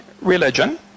religion